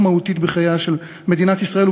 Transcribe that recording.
ירושלים עלובה